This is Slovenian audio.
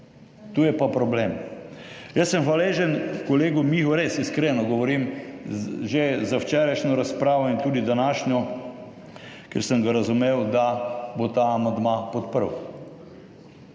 Tu je pa problem. Jaz sem hvaležen kolegu Mihu, res, iskreno govorim, že za včerajšnjo razpravo in tudi današnjo, ker sem ga razumel, da bo ta amandma podprl.